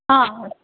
ಹಾಂ ಹಾಂ